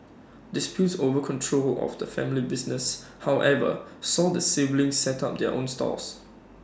disputes over control of the family business however saw the siblings set up their own stalls